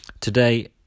today